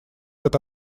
эта